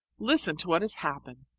listen to what has happened.